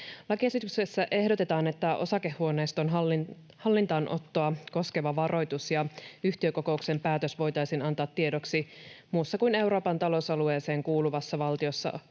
Lakiesityksessä ehdotetaan, että osakehuoneiston hallintaanottoa koskeva varoitus ja yhtiökokouksen päätös voitaisiin antaa tiedoksi muussa kuin Euroopan talousalueeseen kuuluvassa valtiossa